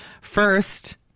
First